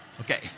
okay